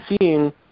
seeing